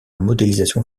modélisation